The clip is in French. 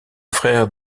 frère